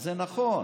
זה נכון.